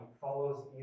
follows